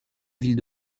ville